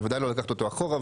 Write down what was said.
בוודאי לא לקחת אותו אחורה.